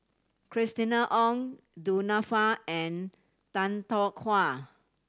Christina Ong Du Nanfa and Tan Tarn